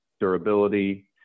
durability